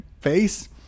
face